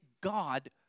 God